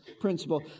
principle